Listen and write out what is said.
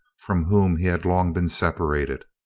from whom he had long been separated.